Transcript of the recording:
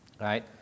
right